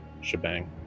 shebang